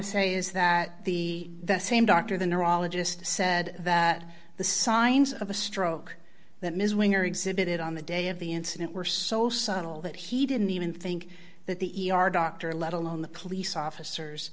to say is that the the same doctor the neurologist said that the signs of a stroke that ms winger exhibited on the day of the incident were so subtle that he didn't even think that the e r doctor let alone the police officers